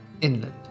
inland